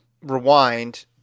rewind